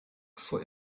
vor